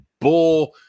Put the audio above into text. bull